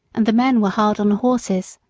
and the men were hard on the horses.